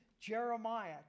Jeremiah